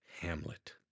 Hamlet